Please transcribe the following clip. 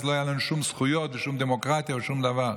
אז לא היו לנו שום זכויות ושום דמוקרטיה ושום דבר,